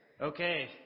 Okay